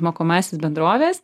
mokomąsias bendroves